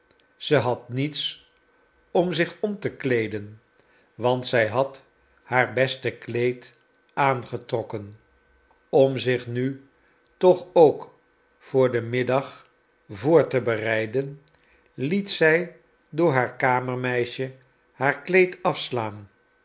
zij had niets om zich om te kleeden want zij had haar beste kleed aangetrokken om zich nu toch ook voor den middag voor te bereiden liet zij door haar kamermeisje haar kleed afslaan